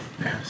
Yes